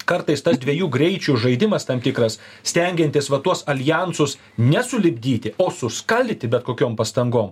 kartais tas dviejų greičių žaidimas tam tikras stengiantis va tuos aljansus ne sulipdyti o suskaldyti bet kokiom pastangom